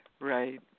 Right